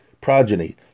progeny